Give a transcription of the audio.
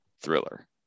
thriller